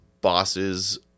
bosses